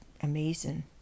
amazing